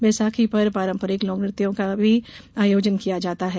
बैसाखी पर पारम्परिक लोकनृत्यों का भी आयोजन किया जाता है